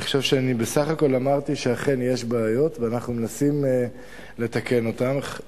אני חושב שאני בסך הכול אמרתי שאכן יש בעיות ואנחנו מנסים לתקן אותן.